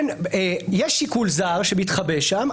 יש שיקול זר שמתחבא שם,